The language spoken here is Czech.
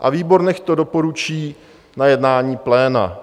a výbor nechť to doporučí na jednání pléna.